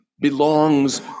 belongs